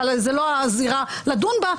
שזו לא הזירה לדון בה.